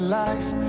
lives